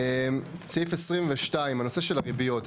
סעיף 22, הנושא של הריביות.